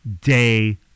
day